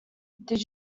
did